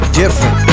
different